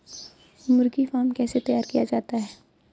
मुर्गी फार्म कैसे तैयार किया जाता है?